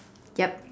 yup